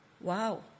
Wow